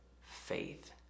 faith